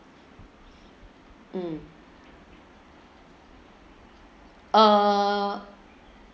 mm uh